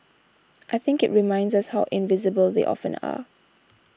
I think it reminds us how invisible they often are